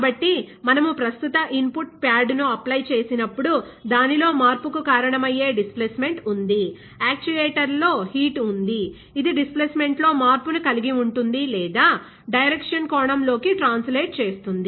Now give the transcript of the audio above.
కాబట్టి మనము ప్రస్తుత ఇన్ పుట్ ప్యాడ్ ను అప్లై చేసినప్పుడు దానిలో మార్పుకు కారణమయ్యే డిస్ప్లేసెమెంట్ ఉంది యాక్చుయేటర్లో హీట్ ఉంది ఇది డిస్ప్లేసెమెంట్లో మార్పును కలిగి ఉంటుంది లేదా డైరక్షన్ కోణం లోకి ట్రాన్సలేట్ చేస్తుంది